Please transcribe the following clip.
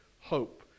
hope